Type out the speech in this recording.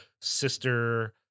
sister